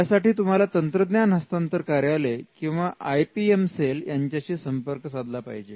यासाठी तुम्हाला तंत्रज्ञान हस्तांतर कार्यालय किंवा आयपीएम सेल यांच्याशी संपर्क साधला पाहिजे